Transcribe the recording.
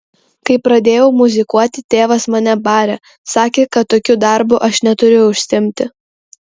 kai pradėjau muzikuoti tėvas mane barė sakė kad tokiu darbu aš neturiu užsiimti